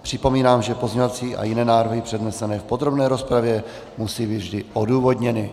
Připomínám, že pozměňovací a jiné návrhy přednesené v podrobné rozpravě musí být vždy odůvodněny.